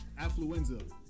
Affluenza